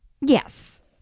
Yes